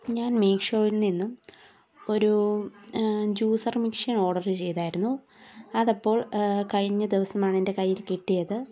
ഞാൻ മീഷോയിൽ നിന്നും ഒരൂ ജൂസർ മെഷീൻ ഓർഡർ ചെയ്തായിരുന്നു അതപ്പോൾ കഴിഞ്ഞ ദിവസമാണ് എൻ്റെ കയ്യിൽ കിട്ടിയത്